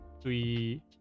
three